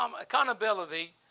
accountability